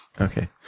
okay